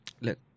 Look